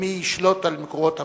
ומי ישלוט על מקורות המים.